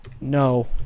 No